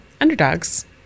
underdogs